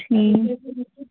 ٹھیٖک